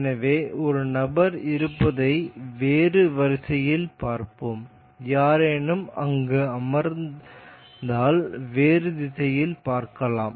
எனவே ஒரு நபர் இருப்பதை வேறு வரிசையில் பார்ப்போம் யாரேனும் அங்கு அமர்ந்தால் வேறு திசையில் பார்க்கலாம்